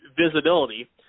visibility